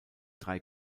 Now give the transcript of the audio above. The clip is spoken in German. drei